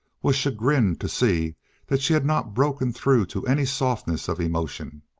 was chagrined to see that she had not broken through to any softness of emotion.